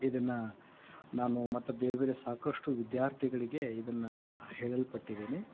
ಇದನ್ನು ನಾನು ಮತ್ತೆ ಬೇರೆ ಬೇರೆ ಸಾಕಷ್ಟು ವಿದ್ಯಾರ್ಥಿಗಳಿಗೆ ಇದನ್ನು ಹೇಳಲ್ಪಟ್ಟಿದ್ದೀನಿ